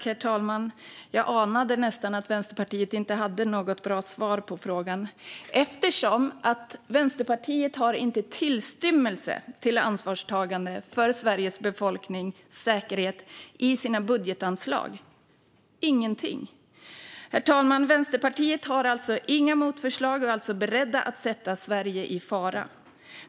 Herr talman! Jag anade nästan att Vänsterpartiet inte hade något bra svar på frågan, eftersom Vänsterpartiet inte har tillstymmelse till ansvarstagande för säkerheten för Sveriges befolkning i sina budgetanslag. Där finns ingenting. Vänsterpartiet har, herr talman, inga motförslag och är alltså berett att sätta Sverige i fara.